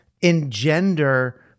engender